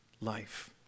life